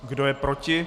Kdo je proti?